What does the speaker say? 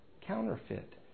counterfeit